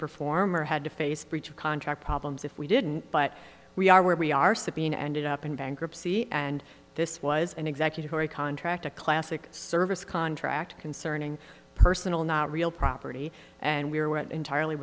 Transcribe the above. perform or had to face breach of contract problems if we didn't but we are where we are sabean ended up in bankruptcy and this was an executive order contract a classic service contract concerning personal not real property and we were entirely